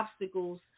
obstacles